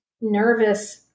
nervous